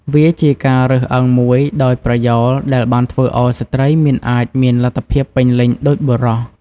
វាជាការរើសអើងមួយដោយប្រយោលដែលបានធ្វើឱ្យស្ត្រីមិនអាចមានលទ្ធភាពពេញលេញដូចបុរស។